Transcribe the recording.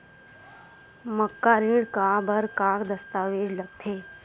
मकान ऋण बर का का दस्तावेज लगथे?